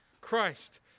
Christ